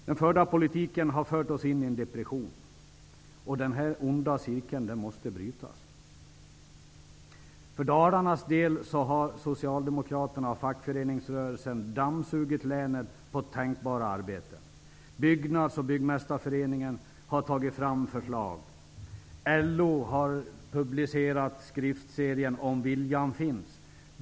Den förda politiken har lett oss in i en depression. Denna onda cirkel måste brytas. För Dalarnas del har Socialdemokraterna och fackföreningsrörelsen dammsugit länet på tänkbara arbeten. Byggnads och Byggmästarföreningen har tagit fram förslag. LO har publicerat skriftserien Om viljan finns.